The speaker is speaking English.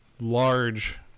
large